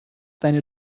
deine